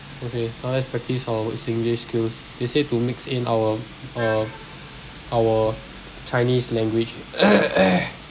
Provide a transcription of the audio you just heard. okay now let's practice our singlish skills they say to mix in our uh our chinese language